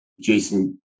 Jason